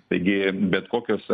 taigi bet kokios